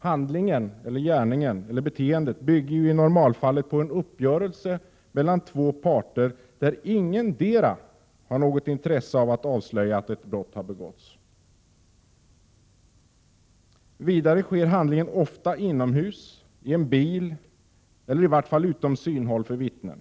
Handlingen, gärningen eller beteendet bygger i normalfallet på en uppgörelse mellan två parter där ingendera har något intresse av att avslöja att ett brott har begåtts. Vidare sker handlingen ofta inomhus, i en bil eller i varje fall utom synhåll för vittnen.